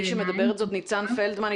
מי שמדברת זו ניצן פלדמן,